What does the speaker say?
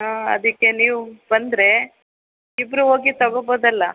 ಹಾಂ ಅದಕ್ಕೆ ನೀವು ಬಂದರೆ ಇಬ್ಬರು ಹೋಗಿ ತಗೋಬೋದಲ್ಲ